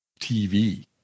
TV